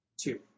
Two